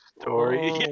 story